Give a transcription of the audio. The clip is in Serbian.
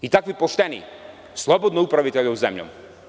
I takvi pošteni, slobodno upravljajte ovom zemljom.